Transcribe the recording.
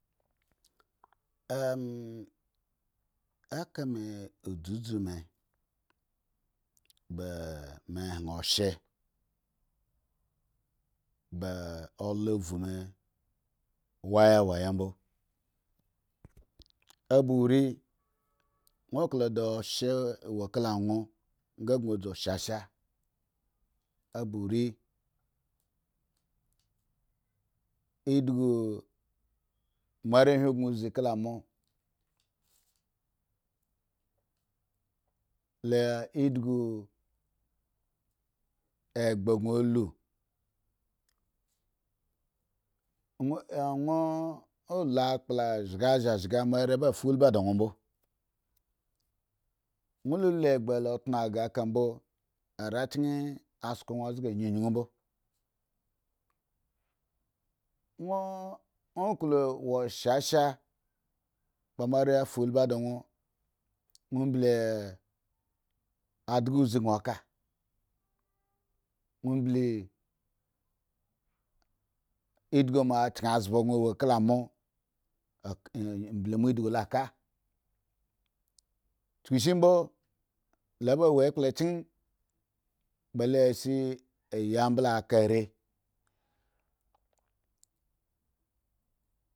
eka me odzudzu me bame hwan osye, ba ulo uu me waya waya mbo oba ori, won klo da oshye wo kala won odzu sha sha, obo ori mo arehwin goazi kala mo le idgu egba gon olu a won olu akpla zgazgaga mo are ba fa ulbi de won mbo wonla lu egba la trio aga la ka mbo arechen a sko won zga a yunyuumbo. won aklo wa sha sha ba mo are fa ulbi da won won embte adgazi gon ka won emble idgu mo a chenzba gon wo kala mo emble mo idugu lo ka chuku shimbo loba wo ekpla chen balo e shi agi ambla akaare